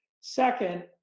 Second